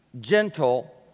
gentle